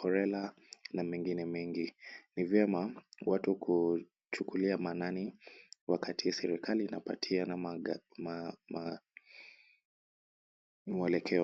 cholera na mengine mengi. Ni vyema watu kuuchukulia maanani wakati serikali inapatiana mwelekeo.